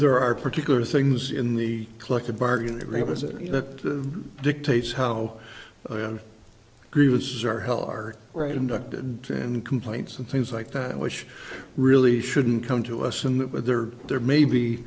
there are particular things in the collective bargaining agreement that dictates how grievous or hell our right inducted and complaints and things like that which really shouldn't come to us in that but there are there may be